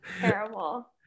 terrible